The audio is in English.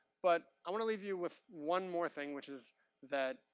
but, i wanna leave you with one more thing, which is that